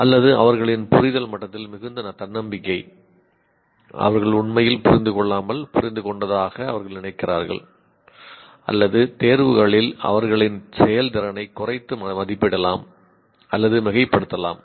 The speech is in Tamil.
அல்லது அவர்களின் புரிதல் மட்டத்தில் மிகுந்த தன்னம்பிக்கை அவர்கள் உண்மையில் புரிந்து கொள்ளாமல் புரிந்து கொண்டதாக அவர்கள் நினைக்கிறார்கள் அல்லது தேர்வுகளில் அவர்களின் செயல்திறனை குறைத்து மதிப்பிடலாம் அல்லது மிகைப்படுத்தலாம்